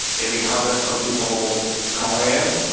any comment from people calling in.